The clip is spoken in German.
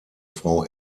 frau